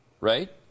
right